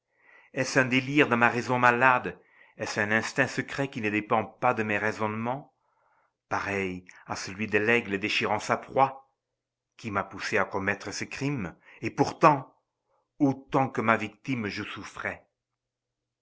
est-ce un délire de ma raison malade est-ce un instinct secret qui ne dépend pas de mes raisonnements pareil à celui de l'aigle déchirant sa proie qui m'a poussé à commettre ce crime et pourtant autant que ma victime je souffrais